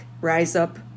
rise-up